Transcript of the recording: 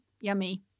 yummy